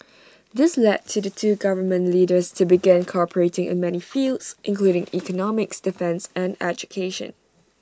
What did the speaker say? this led to the two government leaders to begin cooperating in many fields including economics defence and education